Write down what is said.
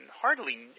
hardly